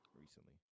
recently